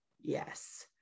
Yes